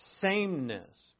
sameness